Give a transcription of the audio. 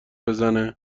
بزنه